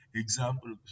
example